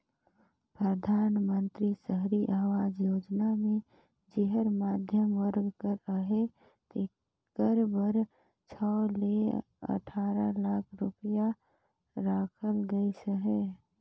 परधानमंतरी सहरी आवास योजना मे जेहर मध्यम वर्ग कर अहे तेकर बर छव ले अठारा लाख रूपिया राखल गइस अहे